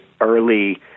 early